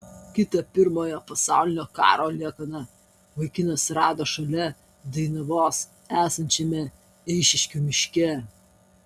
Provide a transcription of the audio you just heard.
kitą pirmojo pasaulinio karo liekaną vaikinas rado šalia dainavos esančiame eišiškių miške